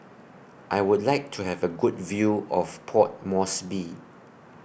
I Would like to Have A Good View of Port Moresby